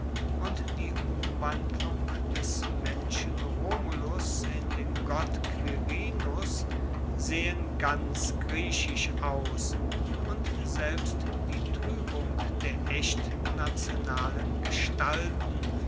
und die umwandlung des menschen romulus in den gott quirinus sehen ganz griechisch aus und selbst die truebung der echt nationalen gestalten